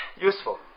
useful